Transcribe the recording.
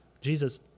Jesus